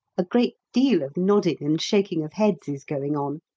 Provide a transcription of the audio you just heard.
a great deal of nodding and shaking of heads is going on.